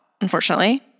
unfortunately